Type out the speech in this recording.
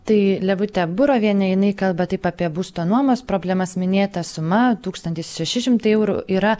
tai levutė burovienė jinai kalba taip apie būsto nuomos problemas minėta suma tūkstantis šeši šimtai eurų yra